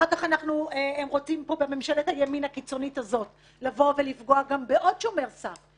אחר כך רוצים בממשלת הימין הקיצונית הזאת לפגוע בעוד שומר סף,